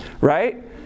right